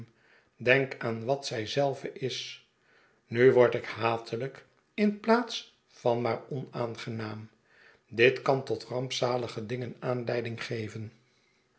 denk aan wat zij zelve is nu word ik hatelijk in plaats van maar onaangenaam dit kan tot rampzalige dingen aanleiding geven